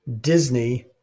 Disney